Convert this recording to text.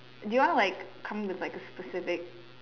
do you want to like come to like a specific